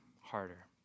harder